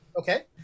Okay